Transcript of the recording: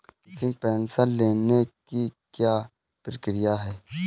मासिक पेंशन लेने की क्या प्रक्रिया है?